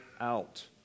out